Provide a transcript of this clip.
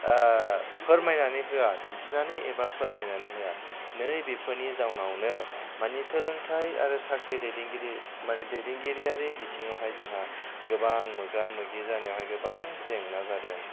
फोरमायनानै होआ दिन्थिनानै एबा फोरमायनानै होआ नै बेफोरनि जाउनावनो माने सोलोंथाइ आरो साख्रि दैदेनगिरि मानि दैदेनगिरियारि बिथिङावहाय जोंहा गोबां मोगा मोगि जानायावहाय गोबां जेंना जादों